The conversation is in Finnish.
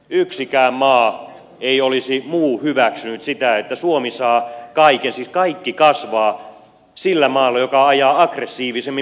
yksikään muu maa ei olisi hyväksynyt sitä että suomi saa kaiken siis kaikki kasvaa sillä maalla joka ajaa aggressiivisimmin budjettileikkauksia